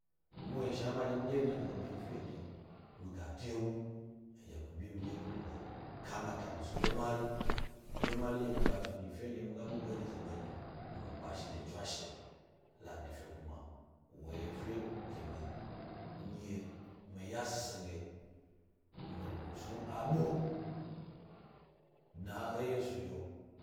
Muhni shna. Ma ɗye mi ɗye wye dna e nyize be hni fede miga de bu, edye mi byi midye be mi gnna dye kamata mi snu ɓe mari, ɓe mari nɗye mi ga snu nyi fen dye mi ga bug e enyize ɓe nyi, mi lo pkashi de tswashe. Ladife kuma, wo yi efe gi mi nye mi yashise ge mi snu abe sna e yesu ye lo.